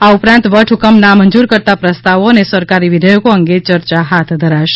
આ ઉપરાંત વટહ્કમ નામંજુર કરતા પ્રસ્તાવો અને સરકારી વિધયેકો અંગે ચર્ચા હાથ ધરાશે